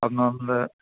ಅದನ್ನೊಂದು